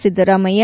Siddaramaiah